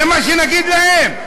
זה מה שנגיד להם?